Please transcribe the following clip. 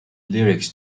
lyrics